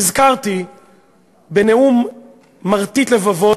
נזכרתי בנאום מרטיט לבבות,